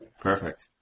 Perfect